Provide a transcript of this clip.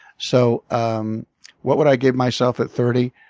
so um what would i give myself at thirty?